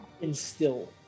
Instill